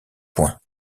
point